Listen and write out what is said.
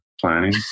planning